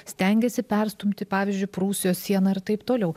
stengiasi perstumti pavyzdžiui prūsijos sieną ir taip toliau